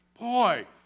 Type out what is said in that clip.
Boy